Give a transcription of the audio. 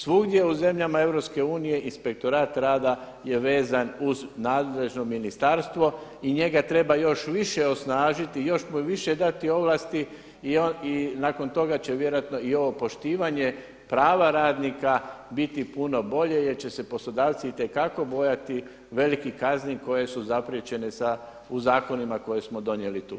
Svugdje u zemljama EU Inspektorat rada je vezan uz nadležno ministarstvo i njega treba još više osnažiti i još mu više dati ovlasti i nakon toga će vjerojatno i ovo poštivanje prava radnika biti puno bolje, jer će se poslodavci itekako bojati velikih kazni koje su zapriječene u zakonima koje smo donijeli tu.